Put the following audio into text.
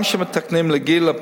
גם כשמסתכלים על גיל,